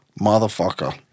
Motherfucker